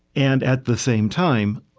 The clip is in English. and at the same time,